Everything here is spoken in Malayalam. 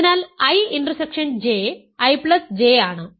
അതിനാൽ I ഇന്റർസെക്ഷൻ J IJ ആണ്